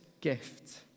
gift